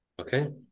Okay